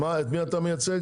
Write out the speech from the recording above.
את מי אתה מייצג?